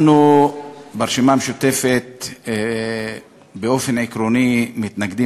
אנחנו ברשימה המשותפת באופן עקרוני מתנגדים,